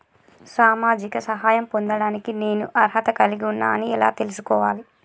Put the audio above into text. సామాజిక సహాయం పొందడానికి నేను అర్హత కలిగి ఉన్న అని ఎలా తెలుసుకోవాలి?